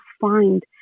find